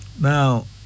now